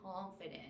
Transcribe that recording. confident